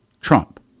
Trump